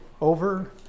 over